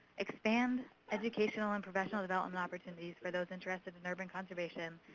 expand educational and professional development opportunities for those interested in urban conservation.